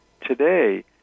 today